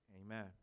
Amen